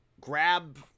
grab